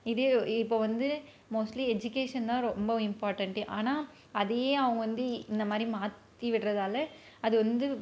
இதே இப்போது வந்து மோஸ்ட்லி எஜிகேஷன் தான் ரொம்ப இம்பார்டண்ட்டே ஆனால் அதையே அவங்க வந்து இந்த மாதிரி மாற்றி விடுகிறதால அது வந்து